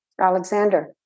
alexander